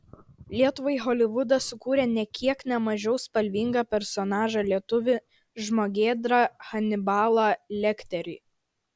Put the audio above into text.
lietuvai holivudas sukūrė nė kiek ne mažiau spalvingą personažą lietuvį žmogėdrą hanibalą lekterį